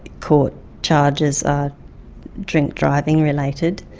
court charges are drink driving related.